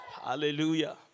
Hallelujah